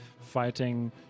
fighting